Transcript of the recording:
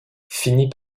finit